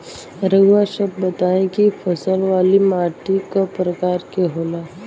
रउआ सब बताई कि फसल वाली माटी क प्रकार के होला?